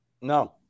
No